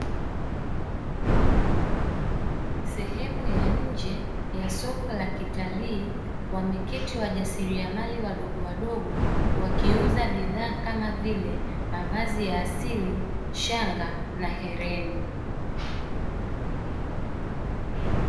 Sehemu ya nje ya soko la kitalii wameketi wajasiriamali wadogo wadogo, wakiuza bidhaa kama vile mavazi ya asili shanga na hereni.